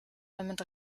damit